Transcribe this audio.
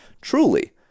truly